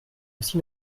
aussi